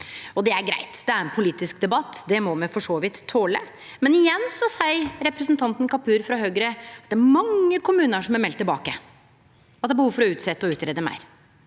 Det er greitt, det er ein politisk debatt, det må me for så vidt tole. Samtidig seier igjen representanten Kapur frå Høgre at det er mange kommunar som har meldt tilbake at det er behov for å utsetje og greie ut